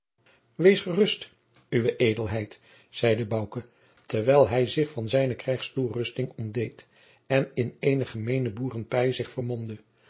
wees gerust uwe edelheid zeide bouke terwijl hij zich van zijne krijgstoerusting ontdeed en in eene gemeene boerenpij zich vermomde